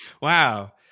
Wow